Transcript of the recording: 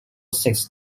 six